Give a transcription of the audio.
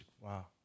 Wow